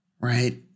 Right